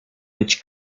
być